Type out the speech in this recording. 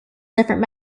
different